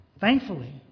thankfully